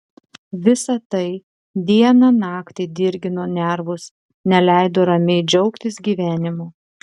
visa tai dieną naktį dirgino nervus neleido ramiai džiaugtis gyvenimu